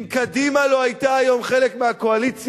כי אם קדימה לא היתה היום חלק מהקואליציה,